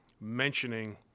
mentioning